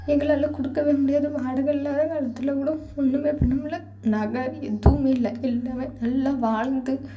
எங்களால் கொடுக்கவே முடியாது வாடகை இல்லாம அதில் கூட ஒன்றுமே பண்ண முடியல நகை எதுவுமே இல்லை எல்லாம் நல்லா வாழ்ந்து